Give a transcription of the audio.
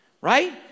Right